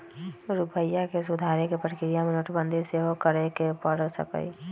रूपइया के सुधारे कें प्रक्रिया में नोटबंदी सेहो करए के पर सकइय